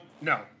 no